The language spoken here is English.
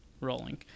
rolling